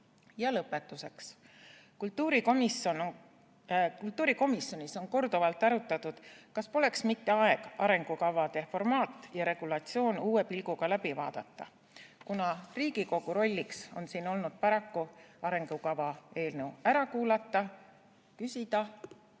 Ja lõpetuseks. Kultuurikomisjonis on korduvalt arutatud, kas poleks mitte aeg arengukavade formaat ja regulatsioon uue pilguga läbi vaadata, kuna Riigikogu rolliks on siin olnud paraku arengukava eelnõu ära kuulata, küsida